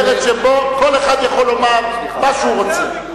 ארץ שבה כל אחד יכול לומר מה שהוא רוצה.